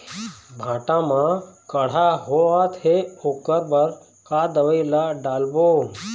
भांटा मे कड़हा होअत हे ओकर बर का दवई ला डालबो?